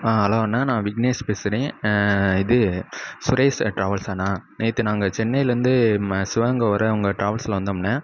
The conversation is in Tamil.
ஆ ஹலோ அண்ணா நான் விக்னேஸு பேசுகிறேன் இது சுரேஸு டிராவல்ஸாண்ணா நேற்று நாங்கள் சென்னையிலருந்து ம சிவகங்கை வர உங்கள் டிராவல்ஸில் வந்தோம்ணா